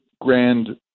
grand